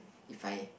if I